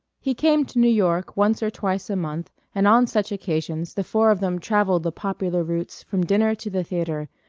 he came to new york once or twice a month and on such occasions the four of them travelled the popular routes from dinner to the theatre,